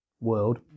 world